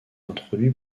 introduit